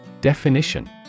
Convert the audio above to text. Definition